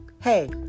Hey